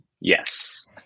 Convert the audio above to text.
Yes